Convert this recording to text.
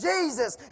Jesus